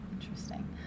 Interesting